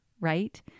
right